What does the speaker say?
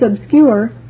obscure